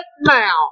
now